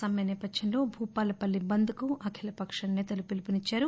సమ్మె నేపథ్యంలో భూపాలపల్లి బంద్కు అఖిలపక్షం సేతలు పిలుపునిచ్చారు